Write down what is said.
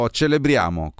celebriamo